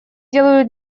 делаю